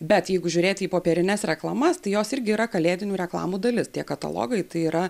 bet jeigu žiūrėti į popierines reklamas tai jos irgi yra kalėdinių reklamų dalis tie katalogai tai yra